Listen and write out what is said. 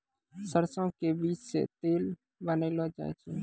सरसों के बीज सॅ तेल बनैलो जाय छै